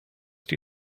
die